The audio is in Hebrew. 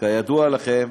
כידוע לכם,